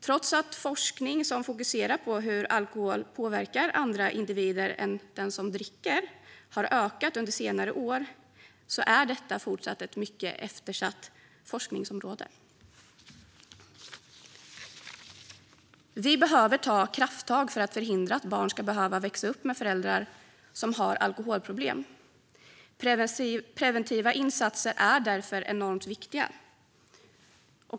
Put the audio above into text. Trots att forskning som fokuserar på hur alkohol påverkar andra individer än den som dricker har ökat under senare år är detta fortsatt ett mycket eftersatt forskningsområde. Vi behöver ta krafttag för att förhindra att barn ska behöva växa upp med föräldrar som har alkoholproblem. Preventiva insatser är därför enormt viktiga.